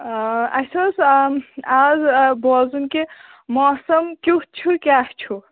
اَسہِ اوس آز بوزُن کہِ موسم کیُتھ چھُ کیٛاہ چھُ